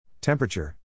Temperature